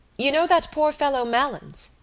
you know that poor fellow malins?